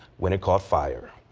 when it caught fire.